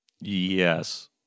Yes